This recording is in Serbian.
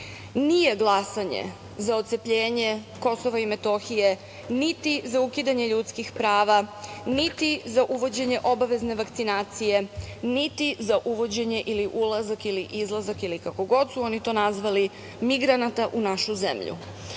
nije glasanje za ocepljenje Kosova i Metohije, niti za ukidanje ljudskih prava, niti za uvođenje obavezne vakcinacije, niti za uvođenje ili ulazak ili izlazak, kako god su to oni nazvali, migranata u našu zemlju. Bez